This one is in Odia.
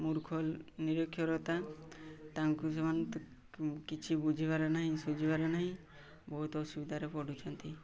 ମୂର୍ଖ ନିରକ୍ଷରତା ତାଙ୍କୁ ସେମାନେ କିଛି ବୁଝିବାରେ ନାହିଁ ଶୁଝିବାରେ ନାହିଁ ବହୁତ ଅସୁବିଧାରେ ପଡ଼ୁଛନ୍ତି